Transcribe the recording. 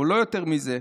או לא יותר מזה: